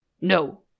No